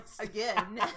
Again